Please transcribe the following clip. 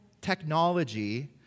technology